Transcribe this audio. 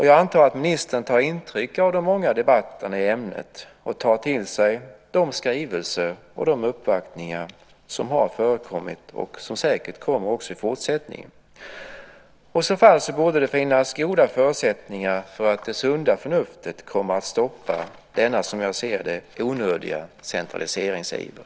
Jag antar att ministern tar intryck av de många debatterna i ämnet och tar till sig de skrivelser och uppvaktningar som har förekommit och som säkert kommer också i fortsättningen. I så fall borde det finnas goda förutsättningar för att det sunda förnuftet kommer att stoppa denna som jag ser det onödiga centraliseringsiver.